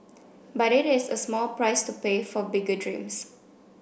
but it is a small price to pay for bigger dreams